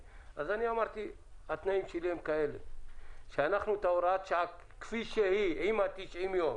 אמרתי שאת הוראת השעה כפי שהיא, עם ה-90 יום